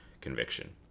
conviction